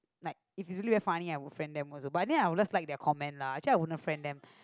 like if you really very funny I would friend them also but I think I will just like their comment lah actually I would not friend them